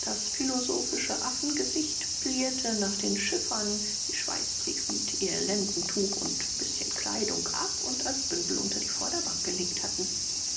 das philosophische affengesicht plierte nach den schiffern die schweißtriefend ihr lendentuch und bißchen kleidung ab und als bündel unter die vorderbank gelegt hatten